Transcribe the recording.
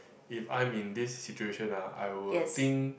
if I'm in this situation ah I will think